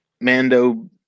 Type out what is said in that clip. Mando